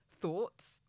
thoughts